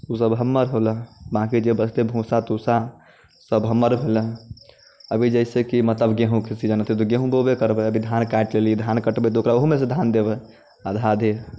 ओ सभ हमर होलै बाँकी जे बचतै भूसा तूसा सभ हमर भेलै अभी जइसे कि मतलब गेहुँके सीजन एतै तऽ गेहुँ बोयबै करबै अभी धान काटि लेलियै धान कटबै तऽ ओकरा ओहूमे से धान देबै आधा आधी